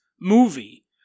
movie